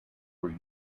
were